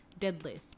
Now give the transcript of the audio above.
deadlift